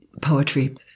poetry